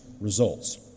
results